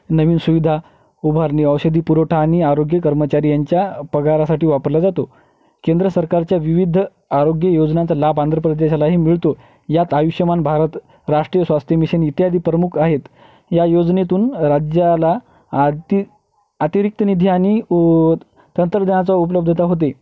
नवीन सुविधा उभारणी औषधी पुरवठा आणि आरोग्य कर्मचारी यांच्या पगारासाठी वापरल्या जातो केंद्र सरकारच्या विविध आरोग्य योजनाचा लाभ आंध्र प्रदेशालाही मिळतो यात आयुष्यमान भारत राष्ट्रीय स्वास्थ्य मिशन इत्यादी प्रमुख आहेत या योजनेतून राज्याला अति अतिरिक्त निधी आणि तंत्रज्ञानाचा उपलब्धता होते